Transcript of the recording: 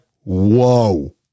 whoa